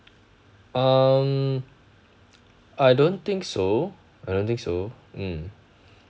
um I don't think so I don't think so mm